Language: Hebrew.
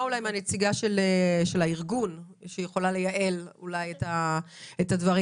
נשמע מהנציגה של הארגון אם היא יכולה לייעל את הדברים.